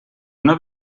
una